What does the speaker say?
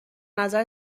نظر